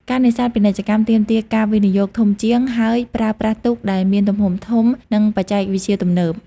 ការនេសាទពាណិជ្ជកម្មទាមទារ ការវិនិយោគ ធំជាង ហើយប្រើប្រាស់ទូកដែលមានទំហំធំ និងបច្ចេកវិទ្យាទំនើប។